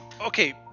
Okay